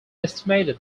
estimated